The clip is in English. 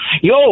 Yo